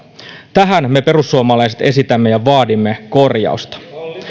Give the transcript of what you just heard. tähän me perussuomalaiset esitämme ja vaadimme korjausta